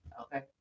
Okay